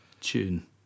tune